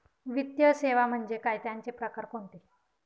वित्तीय सेवा म्हणजे काय? त्यांचे प्रकार कोणते?